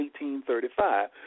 1835